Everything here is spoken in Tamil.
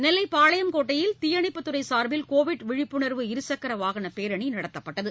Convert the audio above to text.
நெல்லை பாளையங்கோட்டையில் தீயணைப்புத்துறை சார்பில் கோவிட் விழிப்புணர்வு இருசக்கர வாகனப் பேரணி நடத்தப்பட்டது